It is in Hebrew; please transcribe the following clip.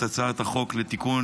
את הצעת החוק לתיקון